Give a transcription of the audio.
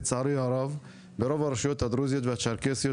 שלצערי הרב ברוב הרשויות הדרוזיות והצ'רקסיות